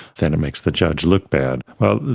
then it makes the judge look bad.